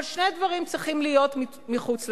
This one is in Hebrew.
אבל שני דברים צריכים להיות מחוץ לתחום: